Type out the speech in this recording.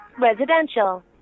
residential